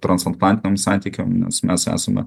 transatlantiniams santykiam nes mes esame